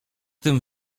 tym